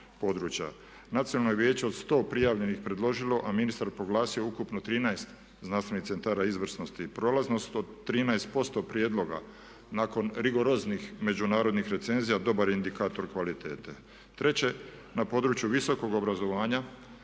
područja. Nacionalno je vijeće od 100 prijavljenih predložilo a ministar proglasio ukupno 13 znanstvenih centara izvrsnosti i prolaznost od 13% prijedloga nakon rigoroznih međunarodnih recenzija dobar je indikator kvalitete. Treće, na području visokog obrazovanja